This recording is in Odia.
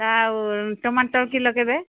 ଆଉ ଟମାଟୋର କିଲୋ କେତେ